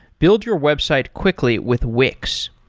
build your website quickly with wix.